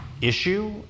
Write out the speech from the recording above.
issue